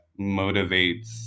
motivates